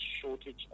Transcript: shortage